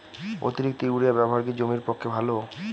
অতিরিক্ত ইউরিয়া ব্যবহার কি জমির পক্ষে ভালো?